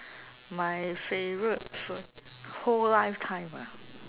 my favourite food whole lifetime ah